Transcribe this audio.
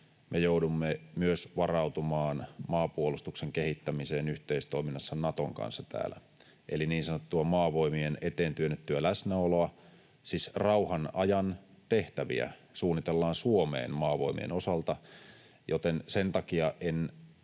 me joudumme täällä myös varautumaan maanpuolustuksen kehittämiseen yhteistoiminnassa Naton kanssa. Eli niin sanottua maavoimien eteen työnnettyä läsnäoloa, siis rauhan ajan tehtäviä, suunnitellaan Suomeen maavoimien osalta, joten sen takia en